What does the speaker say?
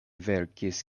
verkis